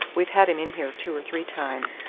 we've had him in here two or three times.